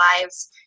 lives